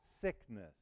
sickness